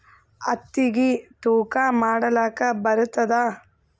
ಹತ್ತಿಗಿ ತೂಕಾ ಮಾಡಲಾಕ ಬರತ್ತಾದಾ?